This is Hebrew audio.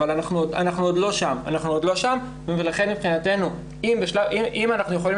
אבל אנחנו עוד לא שם ולכן מבחינתו אם אנחנו יכולים